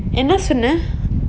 என்னா சொன்னன்:enna sonnan